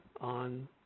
on